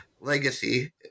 legacy